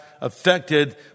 affected